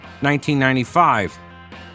1995